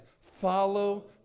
follow